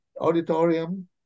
auditorium